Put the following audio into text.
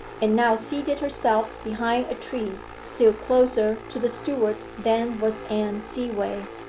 and now seated herself behind a tree, still closer to the steward than was anne seaway.